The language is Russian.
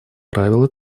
правило